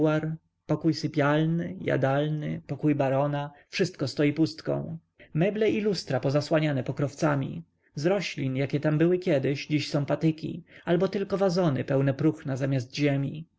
pokój sypialny jadalny pokój barona wszystko stoi pustką meble i lustra pozasłaniane pokrowcami z roślin jakie tam były kiedyś dziś są patyki albo tylko wazony pełne próchna zamiast ziemi